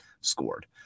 scored